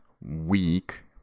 week